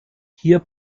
hier